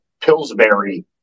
Pillsbury